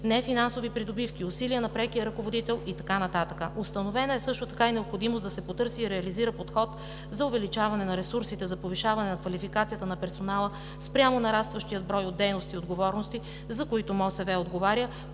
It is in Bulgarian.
нефинансови придобивки, усилия на прекия ръководител и така нататък. Установена е също така и необходимост да се потърси и реализира подход за увеличаване на ресурсите за повишаване на квалификацията на персонала спрямо нарастващия брой от дейности и отговорности, за които МОСВ отговаря,